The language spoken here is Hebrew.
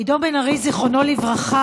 עידו בן ארי, זיכרונו לברכה,